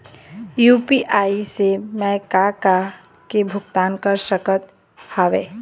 UPI से मैं का का के भुगतान कर सकत हावे?